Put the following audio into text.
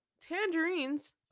Tangerines